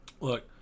look